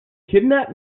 kidnap